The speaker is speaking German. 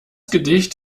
gedicht